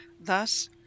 Thus